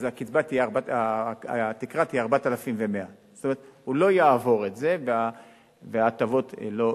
אז התקרה תהיה 4,100. הוא לא יעבור את זה וההטבות לא יישללו.